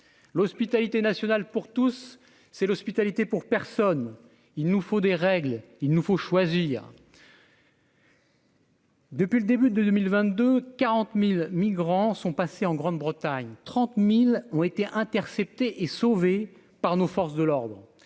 l'hospitalité national pour tous, c'est l'hospitalité pour personne, il nous faut des règles, il nous faut choisir. Depuis le début de 2022, 40000 migrants sont passés en Grande-Bretagne 30000 ont été interceptés et sauvé par nos forces de l'ordre,